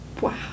Wow